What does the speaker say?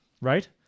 right